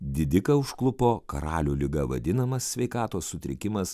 didiką užklupo karalių liga vadinamas sveikatos sutrikimas